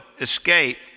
escape